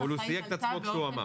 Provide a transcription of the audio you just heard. רמת החיים עלתה באופן משמעותי.